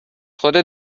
خودت